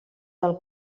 del